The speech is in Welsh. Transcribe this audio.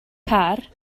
car